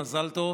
גברתי, מזל טוב.